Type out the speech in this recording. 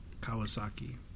Kawasaki